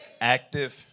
Active